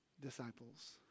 disciples